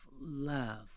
love